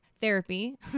therapy